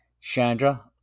Chandra